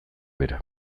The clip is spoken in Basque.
bera